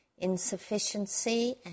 insufficiency